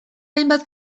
hainbat